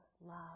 love